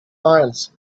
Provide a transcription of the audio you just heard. miles